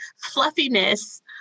fluffiness